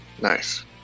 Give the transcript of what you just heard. Nice